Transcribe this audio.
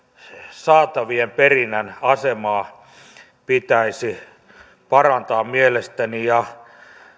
saatavien perinnän asemaa pitäisi mielestäni parantaa ja